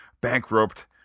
bankrupt